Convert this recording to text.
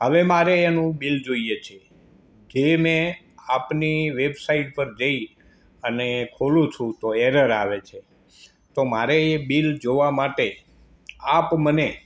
હવે મારે એનું બિલ જોઈએ છે જે મેં આપની વેબસાઈટ પર જઈ અને ખોલું છું તો એરર આવે છે તો મારે એ બિલ જોવા માટે આપ મને